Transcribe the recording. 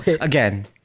again